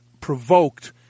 provoked